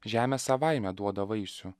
žemė savaime duoda vaisių